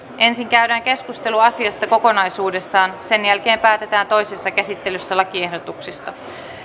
ensin käydään keskustelu asiasta kokonaisuudessaan sen jälkeen päätetään toisessa käsittelyssä lakiehdotuksista